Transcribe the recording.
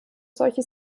solche